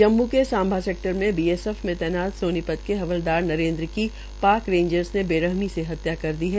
जम्म् के सांभा सेक्टर में बीएसएफ में तैनात सोनीपत के हवलदार नरेंद्र की पाक रेंजर्स ने बेरहमी से हत्या कर दी है